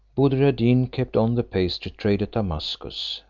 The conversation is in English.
buddir ad deen kept on the pastry-trade at damascus,